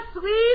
sweet